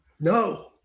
No